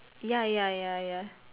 ya ya ya ya